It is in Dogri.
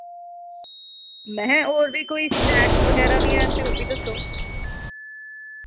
म्है और वि कोई स्नैक्स वगैरा वि हैन ते ओह् बि दस्सो